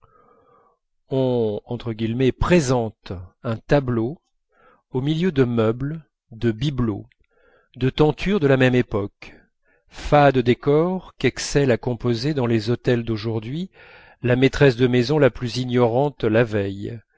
on présente un tableau au milieu de meubles de bibelots de tentures de la même époque fade décor qu'excelle à composer dans les hôtels d'aujourd'hui la maîtresse de maison la plus ignorante la veille